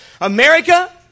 America